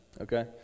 okay